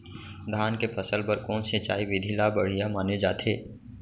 धान के फसल बर कोन सिंचाई विधि ला बढ़िया माने जाथे?